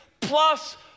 plus